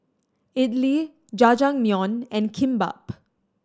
Idili Jajangmyeon and Kimbap